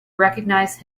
recognize